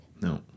No